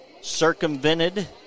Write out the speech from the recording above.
circumvented